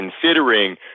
considering